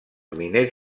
miners